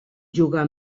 jugar